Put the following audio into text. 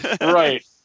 Right